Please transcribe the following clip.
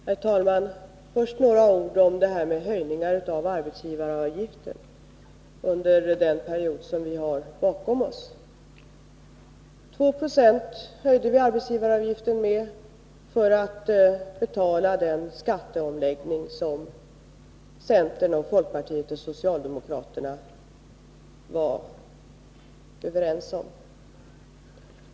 Herr talman! Först några ord om höjningar av arbetsgivaravgiften under den period som vi har bakom oss. Vi höjde arbetsgivaravgiften med 2 96 för att betala den skatteomläggning som centern, folkpartiet och socialdemokraterna var överens om.